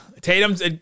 Tatum's